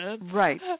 Right